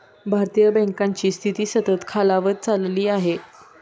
भारतीय बँकांची स्थिती सतत खालावत चालली आहे